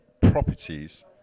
properties